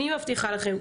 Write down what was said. אני מבטיחה לכן.